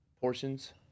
Portions